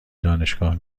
دانشگاه